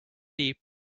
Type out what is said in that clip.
deep